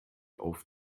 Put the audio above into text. auf